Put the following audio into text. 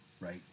Right